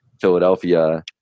Philadelphia